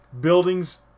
buildings